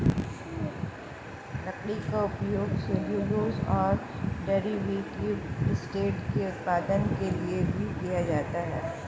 लकड़ी का उपयोग सेल्यूलोज और डेरिवेटिव एसीटेट के उत्पादन के लिए भी किया जाता है